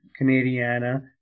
Canadiana